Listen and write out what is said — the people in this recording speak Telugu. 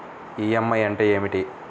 ఈ.ఎం.ఐ అంటే ఏమిటి?